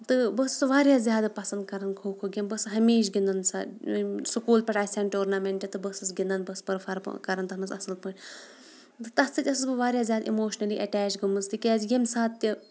تہٕ بہٕ ٲسٕس واریاہ زیادٕ پَسنٛد کَران کھو کھو کینٛہہ بہٕ ٲسٕس ہمیشہِ گِنٛدان سۄ سکوٗل پٮ۪ٹھ آسہِ ہَن ٹورنَمینٛٹ تہٕ بہٕ ٲسٕس گِنٛدان بہٕ ٲسٕس پٔرفارمہٕ کَران تَتھ منٛز اَصٕل پٲٹھۍ تَتھ سۭتۍ ٲسٕس بہٕ واریاہ زیادٕ اِموشنٔلی اَٹیچ گٔمٕژ تِکیٛازِ ییٚمہِ ساتہٕ تہِ